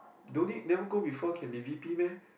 never go before can be V_P meh